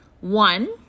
One